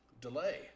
delay